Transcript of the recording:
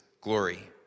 glory